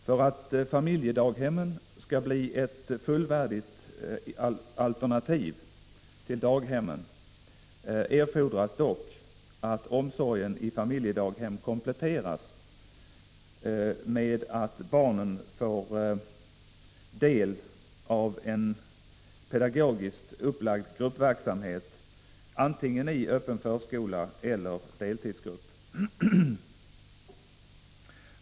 För att familjedaghemmen skall bli ett fullvärdigt alternativ till daghemmen erfordras dock att omsorgen i familjedaghem kompletteras med att barnen får del av en pedagogiskt upplagd gruppverksamhet antingen i öppen förskola eller i deltidsgrupp.